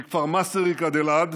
מכפר מסריק עד אלעד,